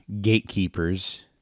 gatekeepers